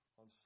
on